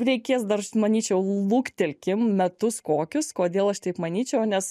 reikės dar manyčiau luktelkim metus kokius kodėl aš taip manyčiau nes